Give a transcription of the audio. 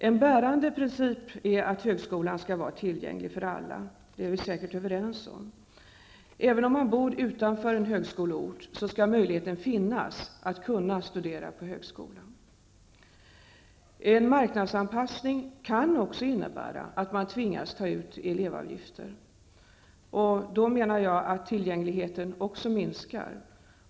En bärande princip är att högskolan skall vara tillgänglig för alla, det är vi säkert överens om. Även om man bor utanför en högskoleort skall möjligheten finnas att studera på högskola. En marknadsanpassning kan också innebära att man tvingas ta ut elevavgifter. Jag menar att tillgängligheten minskar också genom detta.